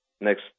next